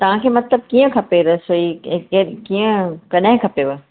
तव्हां खे मतिलब कीअं खपे रसोई केर कीअं कॾहिं खपेव